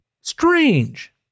Strange